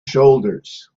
shoulders